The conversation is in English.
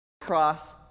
cross